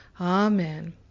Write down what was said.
amen